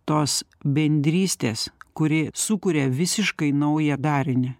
tos bendrystės kuri sukuria visiškai naują darinį